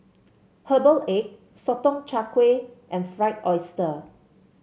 Herbal Egg Sotong Char Kway and Fried Oyster